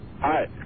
Hi